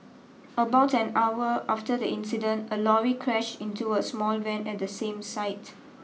about an hour after the incident a lorry crashed into a small van at the same site